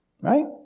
right